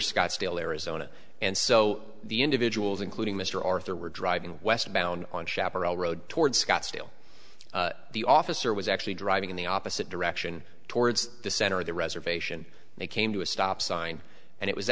scottsdale arizona and so the individuals including mr arthur were driving westbound on chaparral road toward scottsdale the officer was actually driving in the opposite direction towards the center of the reservation they came to a stop sign and it was